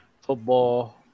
football